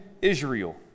Israel